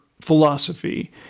philosophy